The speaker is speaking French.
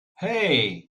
hey